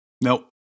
Nope